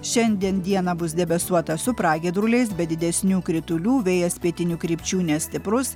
šiandien dieną bus debesuota su pragiedruliais be didesnių kritulių vėjas pietinių krypčių nestiprus